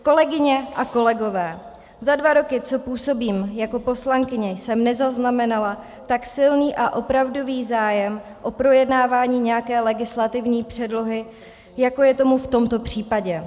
Kolegyně a kolegové, za dva roky, co působím jako poslankyně, jsem nezaznamenala tak silný a opravdový zájem o projednávání nějaké legislativní předlohy, jako je tomu v tomto případě.